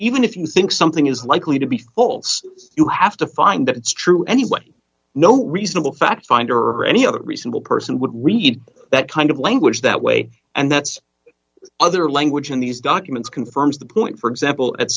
even if you think something is likely to be false you have to find that it's true anyway no reasonable fact finder or any other reason will person would read that kind of language that way and that's other language in these documents confirms the point for example at